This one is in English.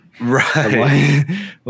Right